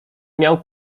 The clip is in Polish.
miał